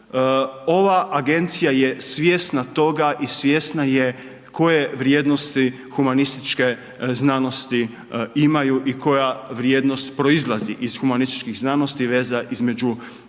ova agencija je svjesna toga i svjesna je koje vrijednosti humanističke znanosti imaju i koja vrijednost proizlazi iz humanističkih znanosti, veza između